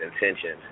intentions